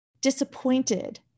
disappointed